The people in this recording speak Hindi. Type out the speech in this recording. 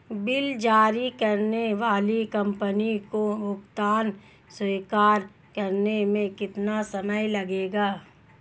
बिल जारी करने वाली कंपनी को भुगतान स्वीकार करने में कितना समय लगेगा?